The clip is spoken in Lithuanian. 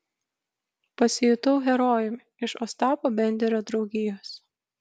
pasijutau herojumi iš ostapo benderio draugijos